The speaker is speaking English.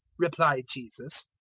replied jesus,